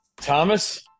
Thomas